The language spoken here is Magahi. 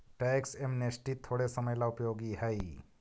टैक्स एमनेस्टी थोड़े समय ला उपयोगी हई